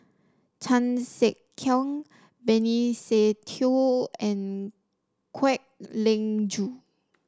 Chan Sek Keong Benny Se Teo and Kwek Leng Joo